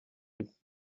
isi